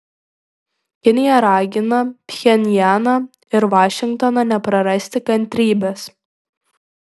kinija ragina pchenjaną ir vašingtoną neprarasti kantrybės